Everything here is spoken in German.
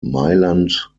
mailand